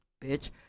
bitch